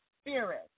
spirit